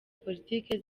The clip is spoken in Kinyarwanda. politiki